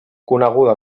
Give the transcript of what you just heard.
coneguda